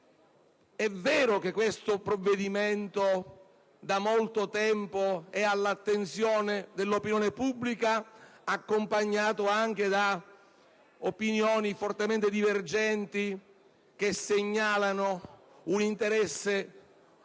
È vero che questo provvedimento è da molto tempo all'attenzione dell'opinione pubblica, accompagnato anche da giudizi fortemente divergenti, che segnalano un interesse profondo